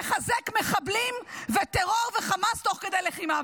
מחזק מחבלים וטרור וחמאס תוך כדי לחימה.